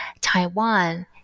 Taiwan